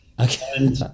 Okay